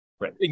Right